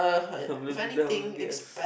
yes